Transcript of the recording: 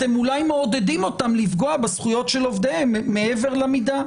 אתם אולי מעודדים אותם לפגוע בזכויות של עובדיהם מעבר למידה.